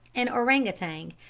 an orang-outang,